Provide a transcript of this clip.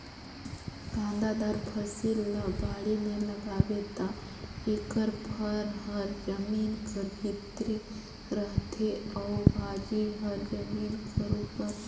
कांदादार फसिल ल बाड़ी में जगाबे ता एकर फर हर जमीन कर भीतरे रहथे अउ भाजी हर जमीन कर उपर